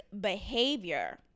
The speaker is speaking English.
behavior